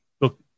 Look